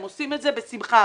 הם עושים את זה אפילו בשמחה.